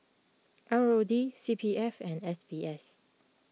R O D C P F and S B S